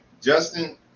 Justin